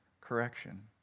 correction